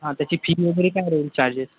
हां त्याची फी वगैरे काय राहील चार्जेस